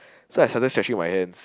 so I started stretching my hands